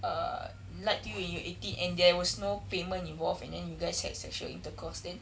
err lied to you and you're eighteen and there was no payment involved and then you guys had sexual intercourse then